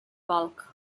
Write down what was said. bulk